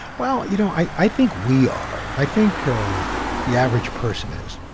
well, you know, i i think we are. i think the average person is.